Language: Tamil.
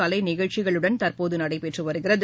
கலைநிகழ்ச்சிகளுடன் தற்போது நடைபெற்று வருகிறது